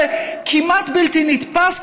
זה כמעט בלתי נתפס,